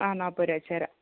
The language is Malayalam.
ആ നാൽപ്പതു രൂപ വെച്ചു തരാം